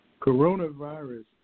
Coronavirus